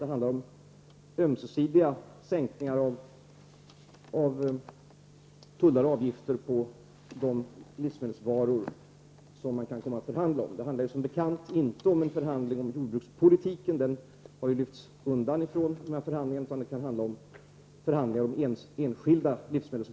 Det handlar om ömsesidiga sänkningar av tullar och avgifter på de livsmedelsvaror som man kan komma att förhandla om. Det är som bekant inte fråga om en förhandling om jordbrukspolitiken, den har lyfts undan från den här förhandlingen, utan det är fråga om förhandlingar om enskilda livsmedel.